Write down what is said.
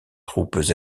troupes